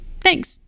Thanks